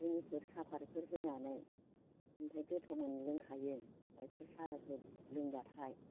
सिनिफोर साहाफाटफोर होनानै ओमफ्राय गोथाव मोनलोंखायो गाइखेर साहा लोंबाथाय